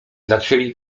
zaczęli